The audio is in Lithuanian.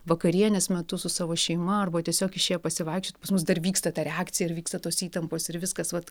vakarienės metu su savo šeima arba tiesiog išėję pasivaikščiot pas mus dar vyksta ta reakcija ir vyksta tos įtampos ir viskas vat